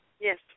Yes